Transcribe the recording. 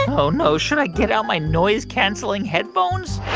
oh, no, should i get out my noise-canceling headphones?